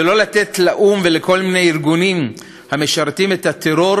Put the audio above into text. ולא לתת לאו"ם ולכל מיני ארגונים המשרתים את הטרור